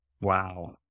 Wow